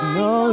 no